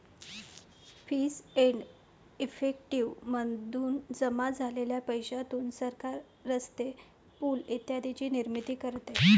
fees and effective मधून जमा झालेल्या पैशातून सरकार रस्ते, पूल इत्यादींची निर्मिती करते